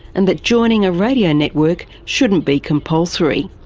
and that joining a radio network shouldn't be compulsory.